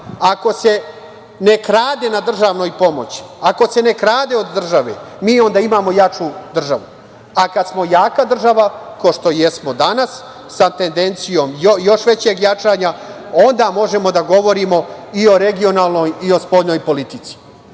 ako se ne krade na državnoj pomoći, ako se ne krade od države, mi onda imamo jaču državu, a kada smo jaka država, kao što jesmo danas, sa tendencijom još većeg jačanja, onda možemo da govorimo i o regionalnoj i o spoljnoj politici. Želeo